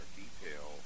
detail